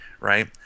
right